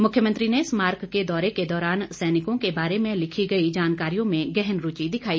मुख्यमंत्री ने स्माराक के दौरे के दौरान सैनिकों के बारे में लिखी गई जानकारियों में गहन रूचि दिखाई